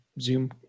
Zoom